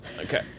okay